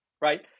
right